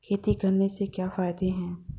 खेती करने से क्या क्या फायदे हैं?